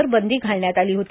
वर बंदी घालण्यात आली होती